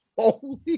Holy